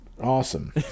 awesome